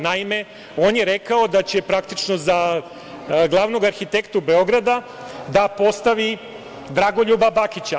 Naime, on je rekao da će, praktično za glavnog arhitektu Beograda da postavi Dragoljuba Bakića.